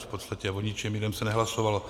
V podstatě o ničem jiném se nehlasovalo.